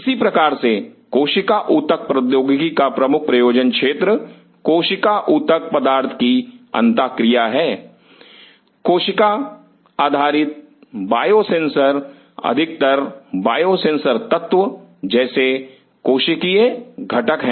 इसी प्रकार से कोशिका ऊतक प्रौद्योगिकी का प्रमुख प्रयोजन क्षेत्र कोशिका ऊतक पदार्थ की अंतःक्रिया है कोशिका आधारित बायोसेंसर अधिकतर बायोसेंसर तत्व जैसे कोशिकीय घटक है